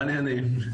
מה עניינים?